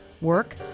work